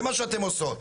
זה מה שאתן עושות.